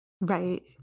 Right